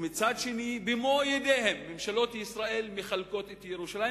ומצד אחר ממשלות ישראל במו-ידיהן מחלקות את ירושלים